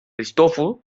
cristòfol